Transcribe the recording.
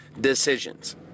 decisions